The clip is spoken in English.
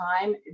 time